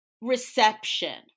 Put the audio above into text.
reception